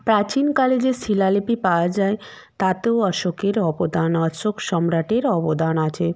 প্রাচীনকালে যে শিলালিপি পাওয়া যায় তাতেও অশোকের অবদান অশোক সম্রাটের অবদান আছে